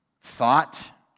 thought